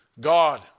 God